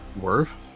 worth